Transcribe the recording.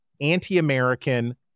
anti-American